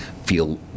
feel